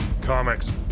Comics